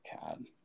God